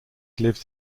lives